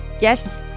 Yes